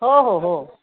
हो हो हो